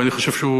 ואני חושב שהוא,